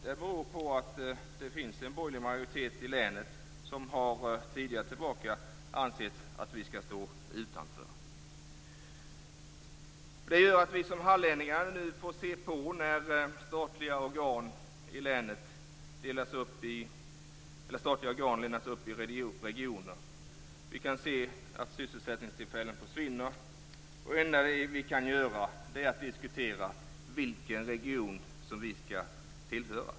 Detta beror på den borgerliga majoritet i länet som, sett en tid tillbaka, ansett att vi skall stå utanför. Vi hallänningar får alltså titta på när statliga organ delas upp på olika regioner. Vi noterar att sysselsättningstillfällen försvinner, men det enda vi kan göra är diskutera vilken region myndigheten skall tillhöra.